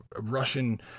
Russian